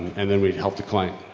and the we help the client.